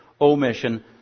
Omission